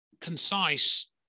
concise